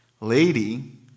Lady